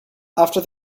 after